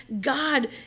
God